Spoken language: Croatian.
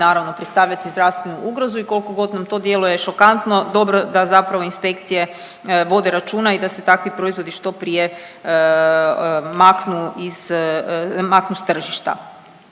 naravno predstavljati zdravstvenu ugrozu i koliko god nam to djeluje šokantno dobro da zapravo inspekcije vode računa i da se takvi proizvodi što prije maknu iz,